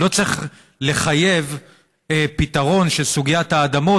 לא צריך לחייב פתרון של סוגיית האדמות